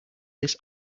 this